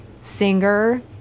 singer